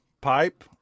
pipe